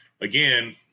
again